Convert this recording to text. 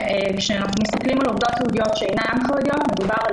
כאשר אנחנו מסתכלים על עובדות יהודיות שאינן חרדיות מדובר על